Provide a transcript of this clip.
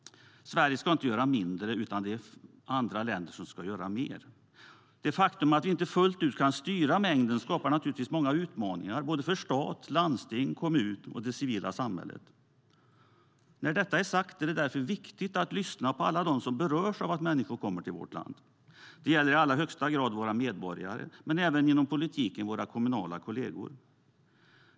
Sverige ska inte göra mindre, utan det är andra länder som ska göra mer. Det faktum att vi inte fullt ut kan styra mängden skapar naturligtvis många utmaningar för stat, landsting, kommuner och det civila samhället. Därför är det viktigt att lyssna på alla dem som berörs av att människor kommer till vårt land. Det gäller i allra högsta grad våra medborgare men även inom politiken våra kommunala kolleger.